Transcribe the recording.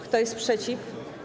Kto jest przeciw?